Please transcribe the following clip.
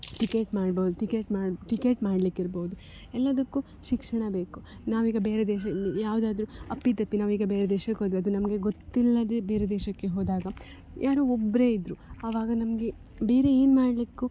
ticket ಮಾಡ್ಬೋದು ticket ಮಾಡಿ ticket ಮಾಡಲಿಕ್ಕಿರ್ಬೋದು ಎಲ್ಲದಕ್ಕೂ ಶಿಕ್ಷಣ ಬೇಕು ನಾವೀಗ ಬೇರೆ ದೇಶದಲ್ಲಿ ಯಾವುದಾದ್ರೂ ಅಪ್ಪಿ ತಪ್ಪಿ ನಾವೀಗ ಬೇರೆ ದೇಶಕ್ಕೆ ಹೋದ್ವಿ ಅದು ನಮಗೆ ಗೊತ್ತಿಲ್ಲದೇ ಬೇರೆ ದೇಶಕ್ಕೆ ಹೋದಾಗ ಯಾರು ಒಬ್ಬರೇ ಇದ್ದರು ಆವಾಗ ನಮಗೆ ಬೇರೆ ಏನು ಮಾಡಲಿಕ್ಕು